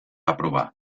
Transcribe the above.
aprovar